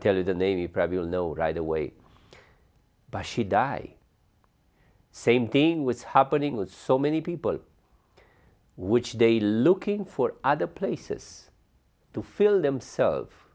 tell you the name you probably will know right away by she die same thing was happening with so many people which they looking for other places to fill them serve